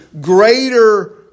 greater